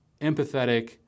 empathetic